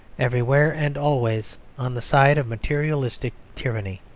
everywhere and always on the side of materialistic tyranny.